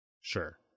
Sure